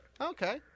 Okay